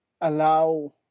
allow